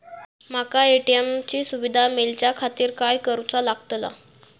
माका ए.टी.एम ची सुविधा मेलाच्याखातिर काय करूचा लागतला?